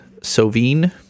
Sovine